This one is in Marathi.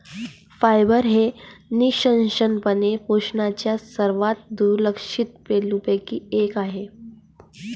फायबर हे निःसंशयपणे पोषणाच्या सर्वात दुर्लक्षित पैलूंपैकी एक आहे